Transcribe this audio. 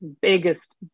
biggest